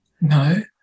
no